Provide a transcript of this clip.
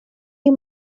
you